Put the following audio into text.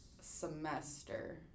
semester